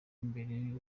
imbere